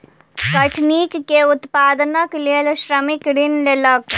कठिनी के उत्पादनक लेल श्रमिक ऋण लेलक